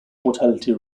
mortality